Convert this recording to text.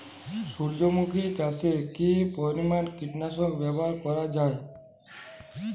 সূর্যমুখি চাষে কি পরিমান কীটনাশক ব্যবহার করা যায়?